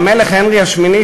ההיסטוריה.